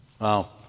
Wow